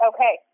Okay